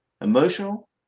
emotional